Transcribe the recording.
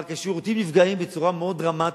רק שהשירותים נפגעים בצורה מאוד דרמטית,